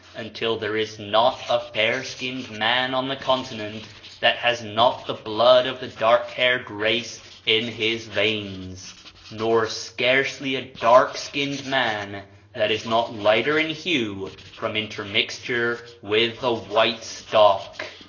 until there is not a fair-skinned man on the continent that has not the blood of the dark-haired race in his veins nor scarcely a dark-skinned man that is not lighter in hue from intermixture with the white stock.